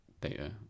data